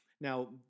Now